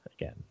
again